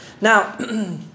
Now